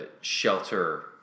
shelter